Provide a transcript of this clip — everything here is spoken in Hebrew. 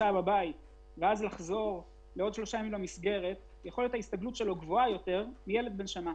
וחצי שבוע בבית גבוהה יותר משל ילד בן שנה.